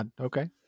Okay